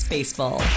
Baseball